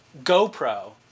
GoPro